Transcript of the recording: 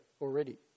already